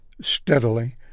steadily